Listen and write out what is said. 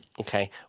okay